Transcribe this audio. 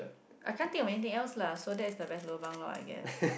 I can't think of anything else lah so that's the best lobang lor I guess